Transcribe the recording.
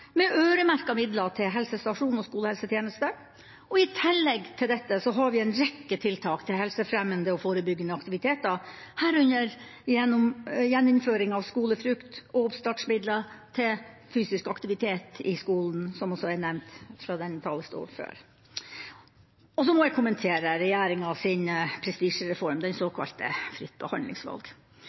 med øremerka midler til helsestasjoner og skolehelsetjeneste. I tillegg til dette har vi en rekke tiltak til helsefremmende og forebyggende aktiviteter, herunder gjeninnføring av skolefrukt og oppstartsmidler til fysisk aktivitet i skolen, som også er nevnt fra denne talerstol før. Så må jeg kommentere regjeringas prestisjereform, såkalt fritt behandlingsvalg. Så å si hele Helse-Norge advarer mot denne reformen. Ja, til og